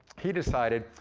he decided,